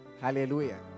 Hallelujah